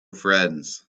friends